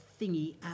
thingy